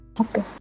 Okay